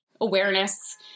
awareness